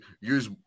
use